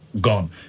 Gone